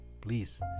please